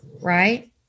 right